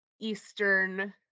Eastern